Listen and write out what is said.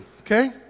Okay